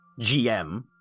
GM